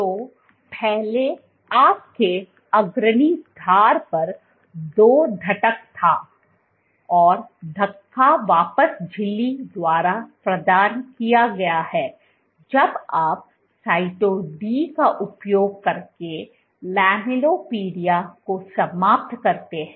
तो पहले आपके अग्रणी धार पर दो घटक था और धक्का वापस झिल्ली द्वारा प्रदान किया गया है जब आप Cyto डी का उपयोग करके lamellipodia को समाप्त करते हैं